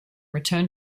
return